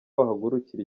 bahaguruka